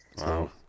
wow